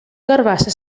carabassa